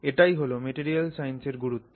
এটাই হল মেটেরিয়াল সাইন্সের গুরুত্ব